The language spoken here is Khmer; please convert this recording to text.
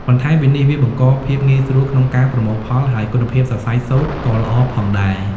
បន្ថែមពីនេះវាបង្កភាពងាយស្រួលក្នុងប្រមូលផល ហើយគុណភាពសរសៃសូត្រក៏ល្អផងដែរ។